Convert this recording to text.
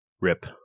Rip